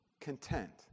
content